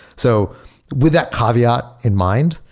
so with that caveat in mind,